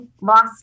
lost